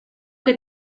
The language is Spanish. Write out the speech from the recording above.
que